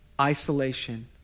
isolation